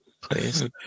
please